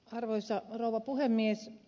arvoisa rouva puhemies